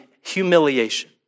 humiliation